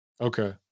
Okay